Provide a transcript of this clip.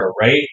right